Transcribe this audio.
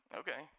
okay